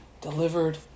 delivered